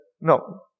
no